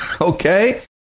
Okay